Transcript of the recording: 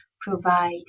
provide